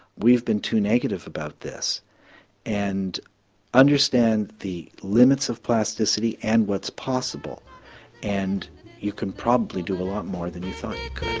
we've been too negative about this and understand the limits of plasticity and what's possible and you can probably do a lot more than you thought